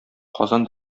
казан